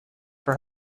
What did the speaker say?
for